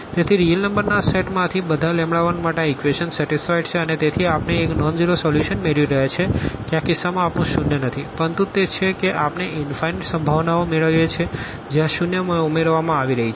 તેથી real number ના આ સેટ માંથી બધા 1 માટે આ ઇક્વેશન સેટીસફાઈડ છે અને તેથી આપણે એક નોનઝીરો સોલ્યુશન મેળવી રહ્યા છીએ કે આ કિસ્સામાં આપણું શૂન્ય નથી પરંતુ તે છે કે આપણે ઇનફાઈનાઈટ સંભાવનાઓ મેળવીએ છીએ જે આ શૂન્ય માં ઉમેરવામાં આવી રહી છે